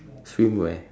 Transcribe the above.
swimwear